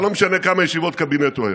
זה לא משנה בכמה ישיבות קבינט הוא היה.